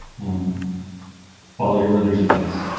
um follow your lenders advice